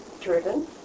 Driven